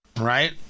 right